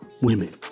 women